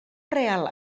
real